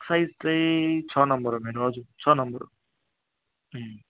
size चाहिँ छ number हो मेरो हजुर छ नम्बर हो अँ